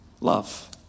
love